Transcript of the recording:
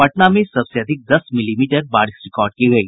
पटना में सबसे अधिक दस मिलीमीटर बारिश रिकॉर्ड की गयी